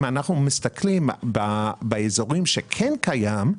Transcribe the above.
אם אנחנו מסתכלים באזורים שכן קיים,